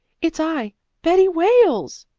it's i betty wales!